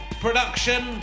production